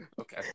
Okay